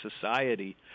society